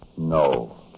No